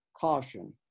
caution